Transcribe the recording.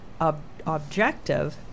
objective